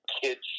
kids